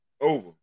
Over